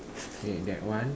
okay that one